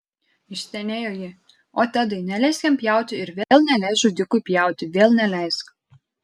išstenėjo ji o tedai neleisk jam pjauti ir vėl neleisk žudikui pjauti vėl neleisk